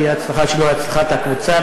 כי ההצלחה שלו היא הצלחת הקבוצה.